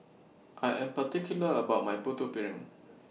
I Am particular about My Putu Piring